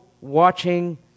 watching